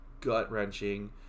gut-wrenching